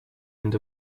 end